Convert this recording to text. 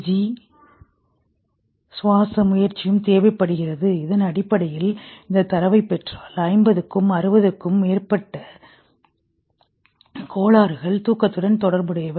G சுவாச முயற்சியும் தேவைப்படுகிறது இதன் அடிப்படையில் இந்தத் தரவைப் பெற்றால் 50 60 க்கும் மேற்பட்ட கோளாறுகள் தூக்கத்துடன் தொடர்புடையவை